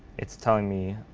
it's telling me